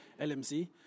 LMC